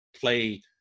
play